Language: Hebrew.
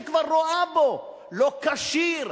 שכבר רואה בו לא כשיר,